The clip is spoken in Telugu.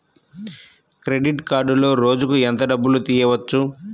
క్రెడిట్ కార్డులో రోజుకు ఎంత డబ్బులు తీయవచ్చు?